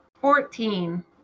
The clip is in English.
Fourteen